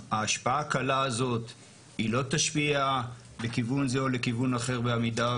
ההשפעה הקלה הזאת היא לא תשפיע לכיוון זה או לכיוון אחר בעמידה